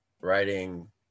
writing